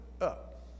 up